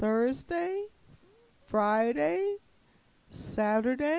thursday friday saturday